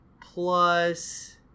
plus